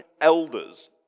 elders